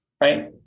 right